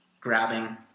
Grabbing